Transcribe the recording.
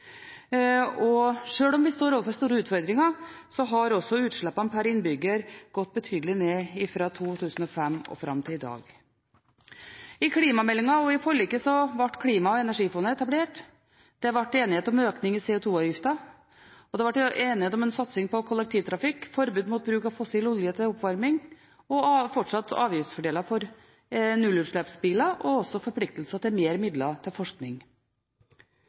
og selv om vi står overfor store utfordringer, har også utslippene per innbygger gått betydelig ned fra 2005 og fram til i dag. I klimameldingen og i -forliket ble Klima- og energifondet etablert, det ble enighet om økning i CO2-avgiften, og det ble enighet om en satsing på kollektivtrafikk, forbud mot bruk av fossil olje til oppvarming og fortsatt avgiftsfordeler for nullutslippsbiler samt forpliktelser til mer midler til forskning.